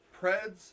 Preds